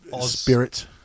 ...spirit